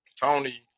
Tony